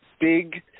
big